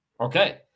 Okay